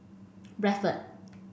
Bradford